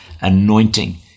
anointing